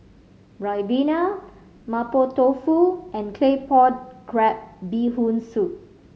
ribena Mapo Tofu and Claypot Crab Bee Hoon Soup